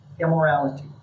immorality